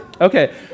okay